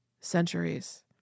centuries